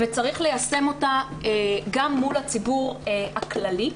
וצריך ליישם אותה גם מול הציבור הכללי,